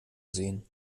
sehen